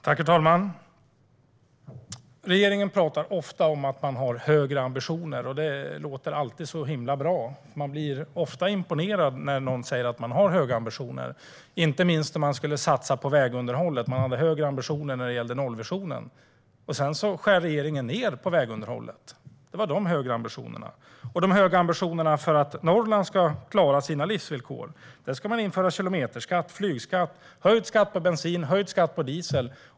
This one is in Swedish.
Herr talman! Regeringen talar ofta om att den har högre ambitioner, och det låter alltid så himla bra. Man blir ofta imponerad när någon säger sig ha höga ambitioner. Inte minst var det så när ni skulle satsa på vägunderhållet. Regeringen hade högre ambitioner när det gällde nollvisionen, och sedan skar ni ned på vägunderhållet. Det var de högre ambitionerna. När det gäller de höga ambitionerna för att Norrland ska klara sina livsvillkor ska ni införa kilometerskatt, flygskatt och höjd skatt på bensin och diesel.